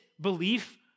belief